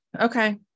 Okay